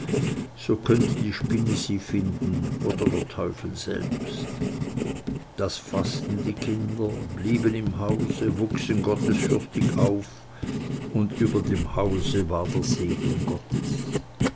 so könnte die spinne sie finden oder der teufel selbst das faßten die kinder blieben im hause wuchsen gottesfürchtig auf und über dem hause war der segen gottes